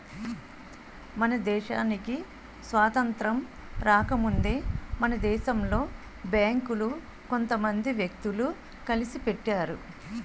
మన దేశానికి స్వాతంత్రం రాకముందే మన దేశంలో బేంకులు కొంత మంది వ్యక్తులు కలిసి పెట్టారు